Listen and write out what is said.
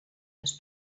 les